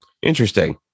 interesting